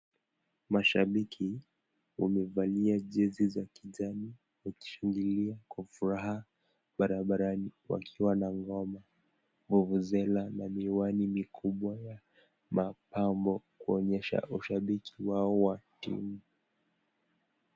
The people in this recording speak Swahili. Mashabiki wamevalia jezi za kijani wakishangilia kwa furaha barabarani, wakiwa na ngoma, vuvuzela na miwani mikubwa ya mapambo wakionyesha ushabiki wao wa kiu.